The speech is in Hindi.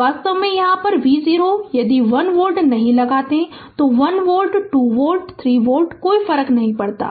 वास्तव में यहाँ V0 यदि 1 वोल्ट नहीं लगाते हैं 1 वोल्ट 2 वोल्ट 3 वोल्ट कोई फर्क नहीं पड़ता